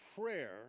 prayer